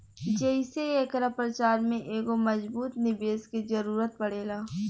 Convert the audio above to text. जेइसे एकरा प्रचार में एगो मजबूत निवेस के जरुरत पड़ेला